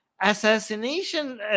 assassination